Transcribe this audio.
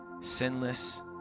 Sinless